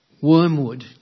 Wormwood